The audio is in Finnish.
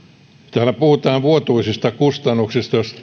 täällä puhutaan vuotuisista kustannuksista jos